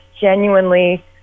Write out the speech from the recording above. genuinely